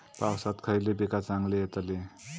पावसात खयली पीका चांगली येतली?